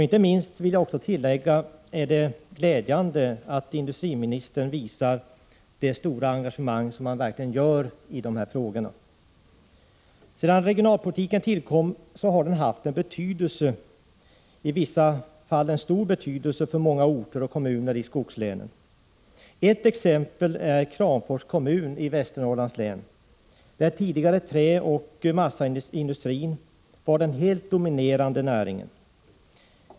Inte minst, vill jag tillägga, är det glädjande att industriministern visar det stora engagemang som han verkligen gör i dessa frågor. Sedan regionalpolitiken tillkom har den haft betydelse, i vissa fall stor betydelse, för många orter och kommuner i skogslänen. Ett exempel är Kramfors kommun i Västernorrlands län, där tidigare träoch massaindustrin var den helt dominerande näringen.